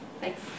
Thanks